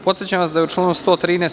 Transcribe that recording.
Podsećam vas da je u članu 113.